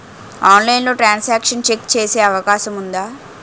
ఆన్లైన్లో transaction check చేసే అవకాశం ఉందా?